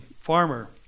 farmer